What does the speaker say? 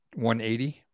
180